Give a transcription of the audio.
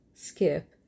skip